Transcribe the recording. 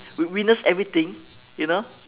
we witness everything you know